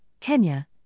Kenya